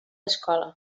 escola